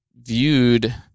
viewed